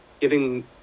giving